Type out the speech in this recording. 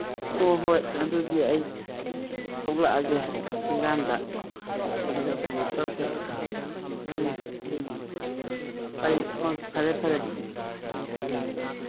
ꯑꯣ ꯍꯣꯏ ꯑꯗꯨꯗꯤ ꯑꯩ ꯊꯣꯛꯂꯛꯑꯒꯦ ꯊꯣꯡꯒꯥꯟꯗ ꯑꯗꯨꯒ ꯀꯩꯅꯣ ꯇꯧꯁꯦ ꯑ ꯑꯪ ꯑꯪ ꯐꯔꯦ ꯐꯔꯦ ꯑꯗꯨꯗꯤ ꯎꯝ ꯊꯝꯃꯣ